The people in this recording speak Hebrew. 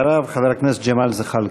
אחריו, חבר הכנסת ג'מאל זחאלקה.